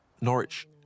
Norwich